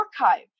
archive